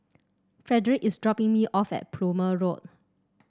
Frederick is dropping me off at Plumer Road